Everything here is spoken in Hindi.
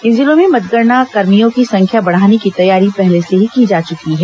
इन जिलों में मतगणनाकर्मियों की संख्या बढ़ाने की तैयारी पहले ही की जा चुकी है